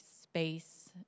space